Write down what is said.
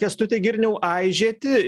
kęstuti girniau aižėti